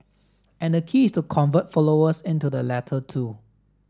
and the key is to convert followers into the latter two